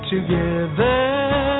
Together